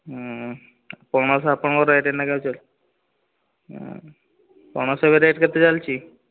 ପଣସ ଆପଣଙ୍କର ରେଟ ଏଇନା କେତେ ଚାଲିଛି ପଣସ ଏବେ ରେଟ କେତେ ଚାଲିଛି